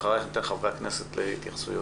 אחרייך חברי הכנסת יתייחסו.